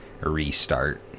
Restart